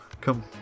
come